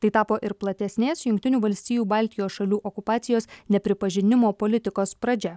tai tapo ir platesnės jungtinių valstijų baltijos šalių okupacijos nepripažinimo politikos pradžia